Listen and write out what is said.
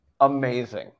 amazing